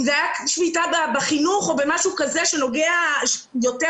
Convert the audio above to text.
אם זאת היתה שביתה בחינוך שהיתה נוגעת יותר